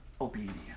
obedience